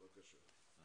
בבקשה.